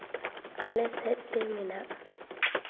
ᱟᱞᱮ ᱥᱮᱫ ᱛᱮ ᱢᱮᱱᱟᱜ